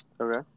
Okay